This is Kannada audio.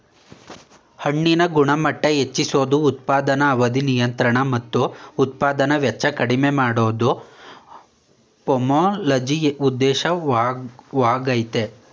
ಹಣ್ಣಿನ ಗುಣಮಟ್ಟ ಹೆಚ್ಚಿಸೋದು ಉತ್ಪಾದನಾ ಅವಧಿ ನಿಯಂತ್ರಣ ಮತ್ತು ಉತ್ಪಾದನಾ ವೆಚ್ಚ ಕಡಿಮೆ ಮಾಡೋದು ಪೊಮೊಲಜಿ ಉದ್ದೇಶವಾಗಯ್ತೆ